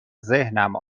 ذهنم